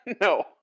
No